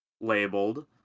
labeled